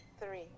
Three